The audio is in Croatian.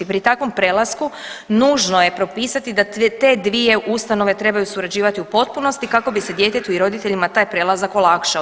Pri takvom prelasku nužno je propisati da te dvije ustanove trebaju surađivati u potpunosti kako bi se djetetu i roditeljima taj prelazak olakšao.